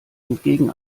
entgegen